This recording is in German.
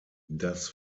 das